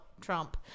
Trump